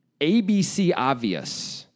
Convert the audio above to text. ABC-obvious